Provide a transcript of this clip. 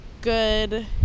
good